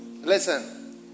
Listen